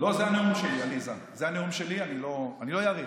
זה הנאום שלי, עליזה, אני לא אאריך.